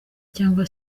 cyangwa